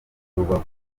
rubavu